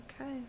Okay